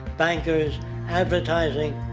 bankers advertising.